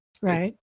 Right